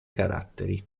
caratteri